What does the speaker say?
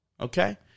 okay